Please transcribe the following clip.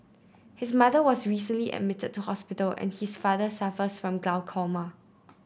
his mother was recently admitted to hospital and his father suffers from glaucoma